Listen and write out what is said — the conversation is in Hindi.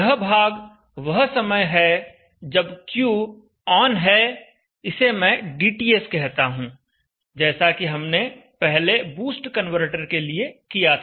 यह भाग वह समय है जब Q ऑन है इसे मैं dTS कहता हूं जैसा कि हमने पहले बूस्ट कन्वर्टर के लिए किया था